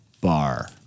bar